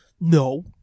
No